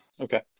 Okay